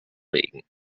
regen